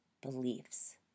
beliefs